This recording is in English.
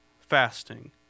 fasting